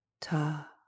ta